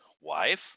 wife